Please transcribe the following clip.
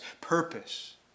purpose